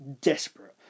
desperate